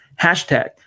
Hashtag